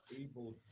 able